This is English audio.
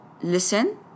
listen